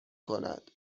کند